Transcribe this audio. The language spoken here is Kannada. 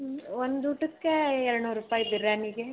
ಹ್ಞೂ ಒಂದು ಊಟಕ್ಕೆ ಎರಡು ನೂರು ರೂಪಾಯಿ ಬಿರ್ಯಾನಿಗೆ